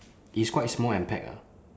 it's quite small and packed ah